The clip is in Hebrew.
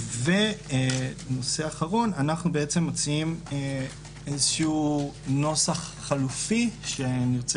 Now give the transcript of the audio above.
נושא אחרון אנחנו מציעים נוסח חלופי שאני רוצה